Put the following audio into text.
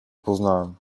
poznałem